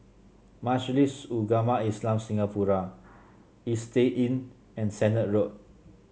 Majlis Ugama Islam Singapura Istay Inn and Sennett Road